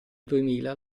duemila